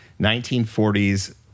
1940s